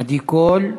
עדי קול?